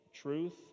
truth